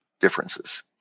differences